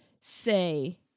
say